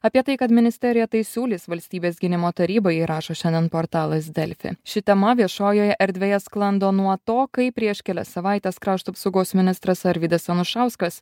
apie tai kad ministerija tai siūlys valstybės gynimo tarybai ir rašo šiandien portalas delfi ši tema viešojoj erdvėje sklando nuo to kai prieš kelias savaites krašto apsaugos ministras arvydas anušauskas